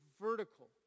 vertical